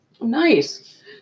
Nice